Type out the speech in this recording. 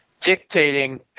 dictating